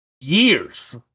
years